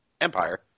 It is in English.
Empire